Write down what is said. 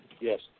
Yes